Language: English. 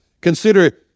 Consider